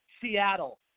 Seattle